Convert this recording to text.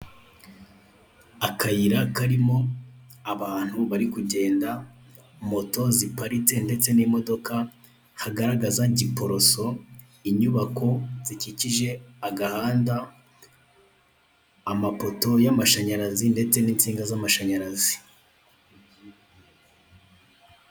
Akayira karimo abantu bari kugenda moto ziparitse ndetse n'imodoka hagaragaza Giporoso inyubako zikikije agahanda, amapoto y'amashanyarazi ndetse n'insinga z'amashanyarazi.